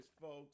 folks